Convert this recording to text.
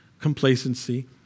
complacency